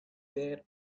there